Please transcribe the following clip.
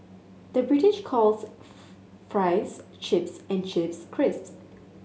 the British calls fries chips and chips crisps